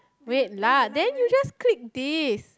wait lah then you just click this